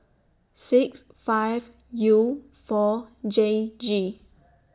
six five U four J G